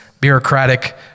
bureaucratic